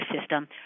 system